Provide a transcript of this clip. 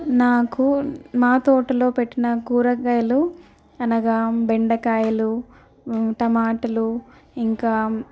నాకు మా తోటలో పెట్టిన కూరగాయలు అనగా బెండకాయలు టమాటలు ఇంకా